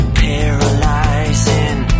paralyzing